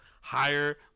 higher